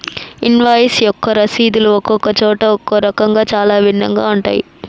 invoice యొక్క రసీదులు ఒక్కొక్క చోట ఒక్కో రకంగా చాలా భిన్నంగా ఉంటాయి